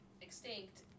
extinct